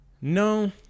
No